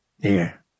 Here